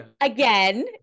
again